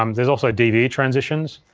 um there's also dve transitions